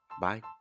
Bye